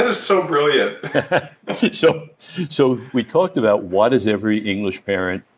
ah so brilliant so so we talked about what does every english parent.